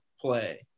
play